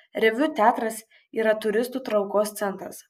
reviu teatras yra turistų traukos centras